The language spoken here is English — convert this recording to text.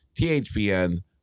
THPN